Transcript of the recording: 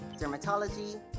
dermatology